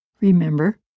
Remember